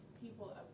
people